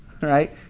right